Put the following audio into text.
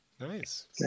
nice